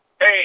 Hey